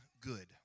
good